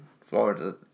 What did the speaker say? Florida